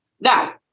Now